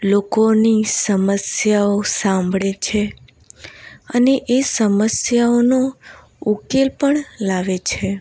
લોકોની સમસ્યાઓ સાંભળે છે અને એ સમસ્યાઓનો ઉકેલ પણ લાવે છે